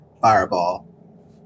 fireball